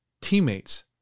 teammates